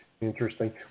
Interesting